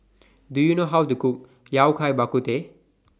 Do YOU know How to Cook Yao Cai Bak Kut Teh